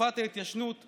שתקופת ההתיישנות חולפת.